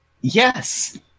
Yes